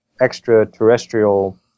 Extraterrestrial